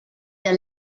der